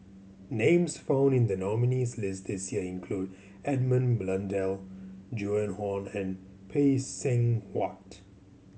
names found in the nominees' list this year include Edmund Blundell Joan Hon and Phay Seng Whatt